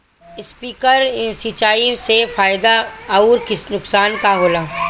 Sprinkler सिंचाई से फायदा अउर नुकसान का होला?